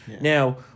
Now